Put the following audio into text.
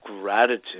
gratitude